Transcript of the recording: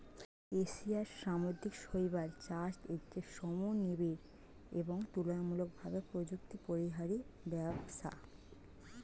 এশিয়ার সামুদ্রিক শৈবাল চাষ একটি শ্রমনিবিড় এবং তুলনামূলকভাবে প্রযুক্তিপরিহারী ব্যবসা